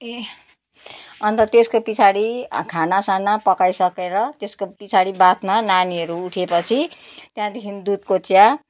ए अन्त त्यसको पछाडि खानासाना पकाइसकेर त्यसको पछाडि बादमा नानीहरू उठेपछि त्यहाँदेखि दुधको चिया